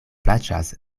plaĉas